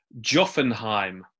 Joffenheim